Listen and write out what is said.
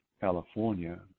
California